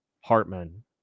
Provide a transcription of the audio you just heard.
Hartman